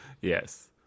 Yes